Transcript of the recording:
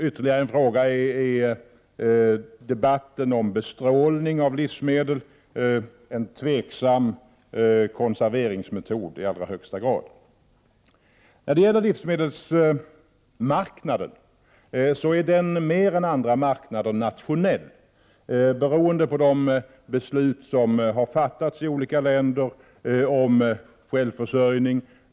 Ytterli gare en fråga gäller bestrålning av livsmedel, en i allra i högsta grad tvivelaktig konserveringsmetod. Livsmedelsmarknaden är mer än andra marknader nationell, beroende på de beslut som har fattats i olika länder om självförsörjning.